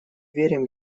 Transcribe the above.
верим